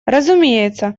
разумеется